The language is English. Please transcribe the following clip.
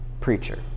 preacher